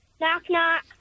Knock-knock